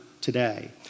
today